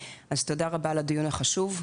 תודה רבה על הדיון החשוב.